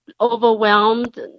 overwhelmed